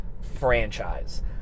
franchise